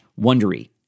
wondery